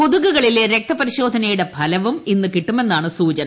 കൊതുകകളിലെ രക്തപരിശോധനയുടെ ഫലവും ഇന്ന് കിട്ടുമെന്നാണ് സൂചന